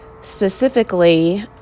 specifically